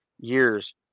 years